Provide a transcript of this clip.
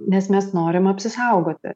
nes mes norim apsisaugoti